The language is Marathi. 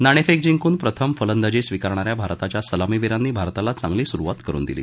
नाणेफेक जिंकून फलंदाजी स्विकारणाऱ्या भारताच्या सलामीवीरांनी भारताला चांगली सुरुवात करुन दिली